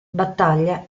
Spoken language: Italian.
battaglia